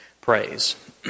praise